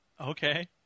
Okay